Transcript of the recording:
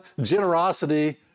generosity